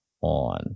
on